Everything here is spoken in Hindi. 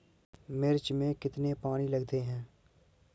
मिर्च में कितने पानी लगते हैं?